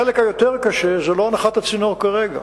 החלק היותר קשה זה לא הנחת הצינור כרגע.